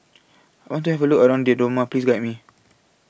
I want to Have A Look around Dodoma Please Guide Me